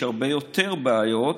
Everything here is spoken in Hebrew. יש הרבה יותר בעיות,